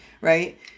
right